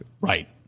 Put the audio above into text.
Right